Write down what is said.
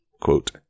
quote